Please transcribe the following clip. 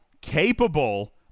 capable